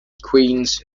queens